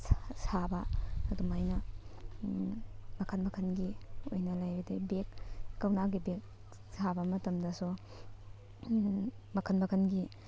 ꯁꯥꯕ ꯑꯗꯨꯃꯥꯏꯅ ꯃꯈꯜ ꯃꯈꯜꯒꯤ ꯑꯣꯏꯅ ꯂꯩ ꯑꯗꯩ ꯕꯦꯛ ꯀꯧꯅꯥꯒꯤ ꯕꯦꯛ ꯁꯥꯕ ꯃꯇꯝꯗꯁꯨ ꯃꯈꯜ ꯃꯈꯜꯒꯤ